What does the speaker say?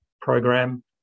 program